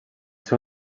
ser